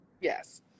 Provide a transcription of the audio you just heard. Yes